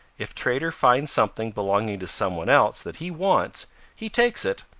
if trader finds something belonging to some one else that he wants he takes it,